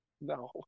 No